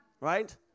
Right